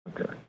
Okay